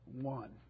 one